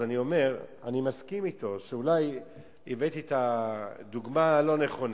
אני מסכים אתו שאולי הבאתי את הדוגמה הלא-נכונה.